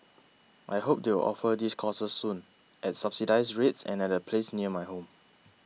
I hope they will offer these courses soon at subsidised rates and at a place near my home